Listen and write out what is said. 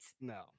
no